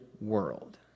world